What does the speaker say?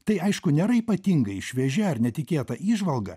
tai aišku nėra ypatingai šviežia ar netikėta įžvalga